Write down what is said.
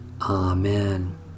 Amen